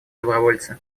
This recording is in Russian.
добровольцы